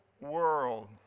world